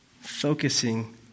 focusing